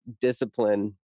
discipline